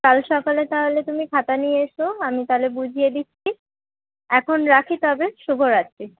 কাল সকালে তাহলে তুমি খাতা নিয়ে এসো আমি তাহলে বুঝিয়ে দিচ্ছি এখন রাখি তবে শুভরাত্রি